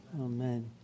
Amen